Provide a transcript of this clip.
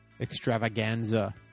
extravaganza